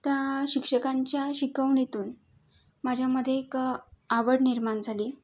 त्या शिक्षकांच्या शिकवणीतून माझ्यामधे एक आवड निर्मान झाली